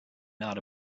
not